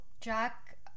jack